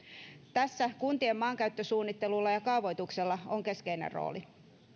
tässä kuntien maankäyttösuunnittelulla ja kaavoituksella on keskeinen rooli